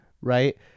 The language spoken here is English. right